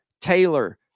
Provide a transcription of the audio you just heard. Taylor